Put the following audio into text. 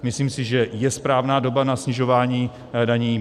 Myslím si, že je správná doba na snižování daní.